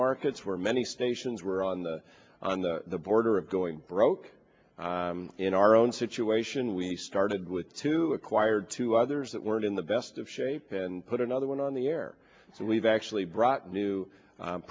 markets where many stations were on the on the border of going broke in our own situation we started with two acquired two others that weren't in the best of shape and put another one on the air and we've actually brought new